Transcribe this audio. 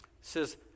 says